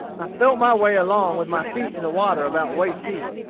i felt my way along with my feet in the water about waist-deep,